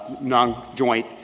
non-joint